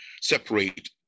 separate